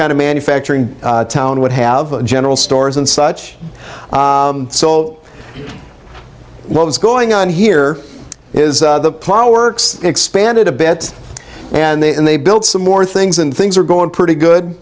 kind of manufacturing town would have a general stores and such so what was going on here is the plaza works expanded a bit and they and they built some more things and things are going pretty good